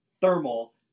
thermal